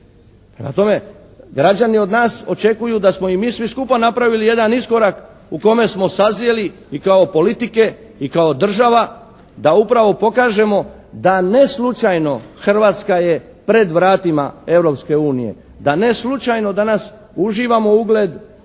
tome, građani od nas očekuju da smo i mi svi skupa napravili jedan iskorak u kome smo sazrjeli i kao politike i kao država da upravo pokažemo da ne slučajno Hrvatska je pred vratima Europske unije. Da ne slučajno danas uživamo ugled u